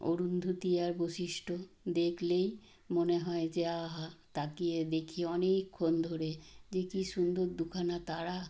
অরুন্ধতী আর বশিষ্ঠ দেখলেই মনে হয় যে আহা তাকিয়ে দেখি অনেকক্ষণ ধরে যে কি সুন্দর দুখানা তারা